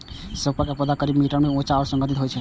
सौंफ के पौधा करीब एक मीटर ऊंच आ सुगंधित होइ छै